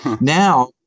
Now